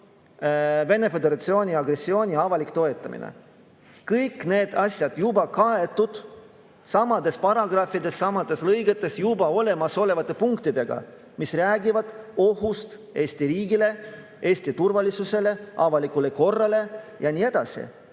Vene Föderatsiooni agressiooni avalik toetamine. Kõik need asjad on juba kaetud samades paragrahvides, samades lõigetes juba olemas olevate punktidega, mis räägivad ohust Eesti riigile, Eesti turvalisusele, avalikule korrale ja nii edasi.